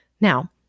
Now